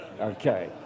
Okay